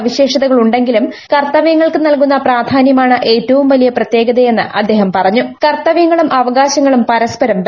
സവിശേഷതകളുണ്ടെങ്കിലും കർത്തവൃങ്ങൾക്ക് നൽകുന്ന പ്രാധാന്യമാണ് ഏറ്റവും വലിയ പ്രത്യേകതയെന്ന് അദ്ദേഹം കർത്തവൃങ്ങളും അവകാശങ്ങളും പരസ്പരം പറഞ്ഞു